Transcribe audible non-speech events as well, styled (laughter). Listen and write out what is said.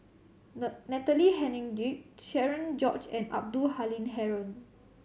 (unintelligible) Natalie Hennedige Cherian George and Abdul Halim Haron